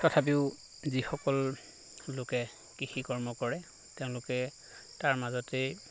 তথাপিও যিসকল লোকে কৃষিকৰ্ম কৰে তেওঁলোকে তাৰ মাজতেই